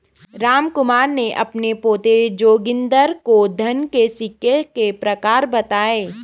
रामकुमार ने अपने पोते जोगिंदर को धन के सिक्के के प्रकार बताएं